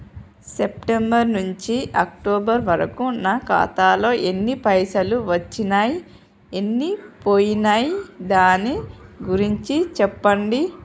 September నుంచి October వరకు నా ఖాతాలో ఎన్ని పైసలు వచ్చినయ్ ఎన్ని పోయినయ్ దాని గురించి చెప్పండి?